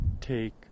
take